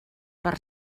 per